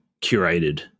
curated